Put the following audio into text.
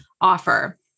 offer